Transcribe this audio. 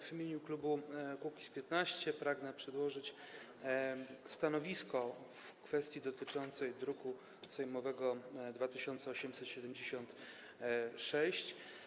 W imieniu klubu Kukiz’15 pragnę przedłożyć stanowisko w kwestii dotyczącej druku sejmowego nr 2876.